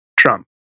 Trump